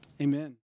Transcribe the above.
Amen